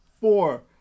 four